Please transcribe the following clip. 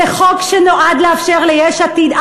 זה חוק שנועד לאפשר ליש עתיד,